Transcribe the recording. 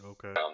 Okay